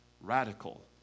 radical